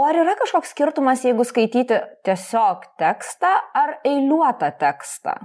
o ar yra kažkoks skirtumas jeigu skaityti tiesiog tekstą ar eiliuotą tekstą